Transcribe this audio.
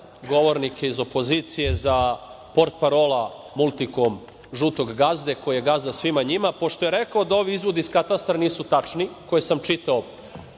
govornike iz opozicije, za potparola „Multikom“ žutog gazde, koji je gazda svima njima, pošto je rekao da ovi izvodi iz Katastra nisu tačni, koje sam čitao